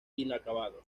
inacabado